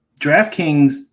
DraftKings